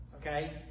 okay